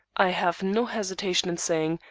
i have no hesitation in saying,